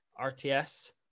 RTS